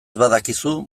badakizu